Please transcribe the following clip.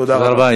תודה רבה.